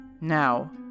Now